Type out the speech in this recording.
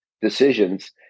decisions